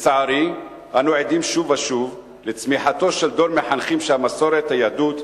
לצערי אנו עדים שוב ושוב לצמיחתו של דור מחנכים שהמסורת והיהדות,